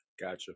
Gotcha